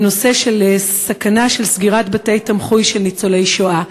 בנושא הסכנה של סגירת בתי-תמחוי של ניצולי השואה.